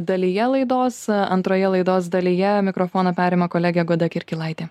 dalyje laidos antroje laidos dalyje mikrofoną perima kolegė goda kirkilaitė